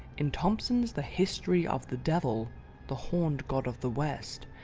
in thompson's the history of the devil the horned god of the west,